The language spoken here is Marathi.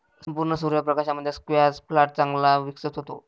संपूर्ण सूर्य प्रकाशामध्ये स्क्वॅश प्लांट चांगला विकसित होतो